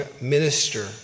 minister